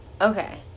Okay